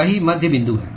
वही मध्यबिंदु है